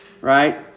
Right